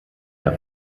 der